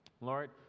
Lord